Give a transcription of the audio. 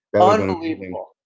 unbelievable